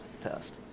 test